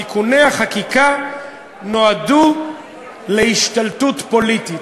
תיקוני החקיקה נועדו להשתלטות פוליטית.